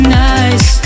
nice